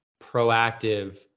proactive